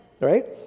right